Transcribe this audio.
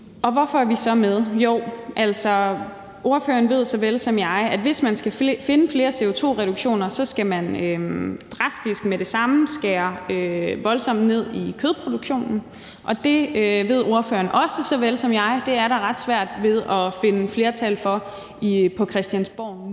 hvorfor er vi så med? Jo, ordføreren ved så vel som jeg, at hvis man skal finde flere CO2-reduktioner, skal man drastisk med det samme skære voldsomt ned i kødproduktionen, og det ved ordføreren så vel som jeg det er ret svært ved at finde flertal for på Christiansborg nu